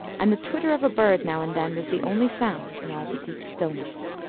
and the twitter of a bird, now and then, was the only sound in all the deep stillness.